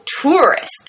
tourists